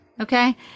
okay